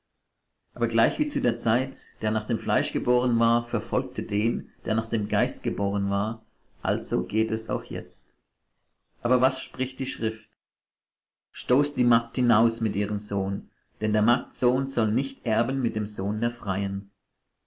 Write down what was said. aber gleichwie zu der zeit der nach dem fleisch geboren war verfolgte den der nach dem geist geboren war also geht es auch jetzt aber was spricht die schrift stoß die magd hinaus mit ihrem sohn denn der magd sohn soll nicht erben mit dem sohn der freien